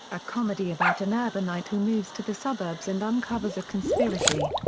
a comedy about an urbanite who moves to the suburbs and uncovers a conspiracy.